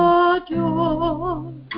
adore